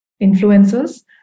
influencers